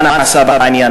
מה נעשה בעניין?